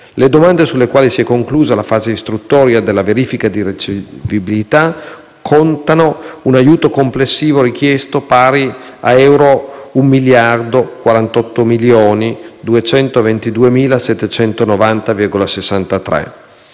Le domande sulle quali si è conclusa la fase istruttoria della verifica di ricevibilità contano un aiuto complessivo richiesto pari a euro 1.048.228.790,63.